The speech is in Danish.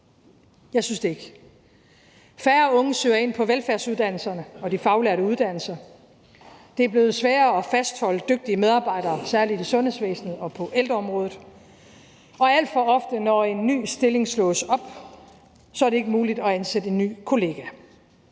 Jeg synes det ikke. Færre unge søger ind på velfærdsuddannelserne og de faglærte uddannelser. Det er blevet sværere at fastholde dygtige medarbejdere, særlig i sundhedsvæsenet og på ældreområdet, og alt for ofte, når en ny stilling slås op, er det ikke muligt at ansætte en ny kollega.